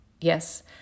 Yes